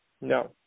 No